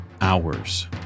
hours